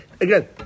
Again